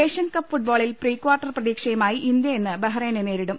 Asian Cup ഫുട്ബോളിൽ പ്രീകാർട്ടർ പ്രതീക്ഷയുമായി ഇന്ത്യ ഇന്ന് ബഹ്റൈനെ നേരിടും